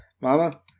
Mama